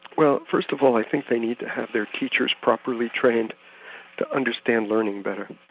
well first of all i think they need to have their teachers properly trained to understand learning better.